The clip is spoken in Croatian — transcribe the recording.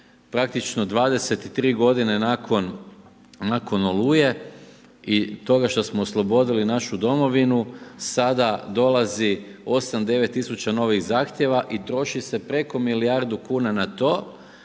praktično 23 godine nakon oluje i toga što smo oslobodili našu Domovinu, sada dolazi 8, 9 tisuća novih zahtjeva i troši se preko milijardu kuna na to